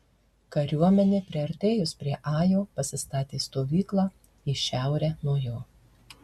kariuomenė priartėjus prie ajo pasistatė stovyklą į šiaurę nuo jo